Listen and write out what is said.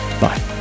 Bye